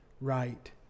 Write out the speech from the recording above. right